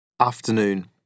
Afternoon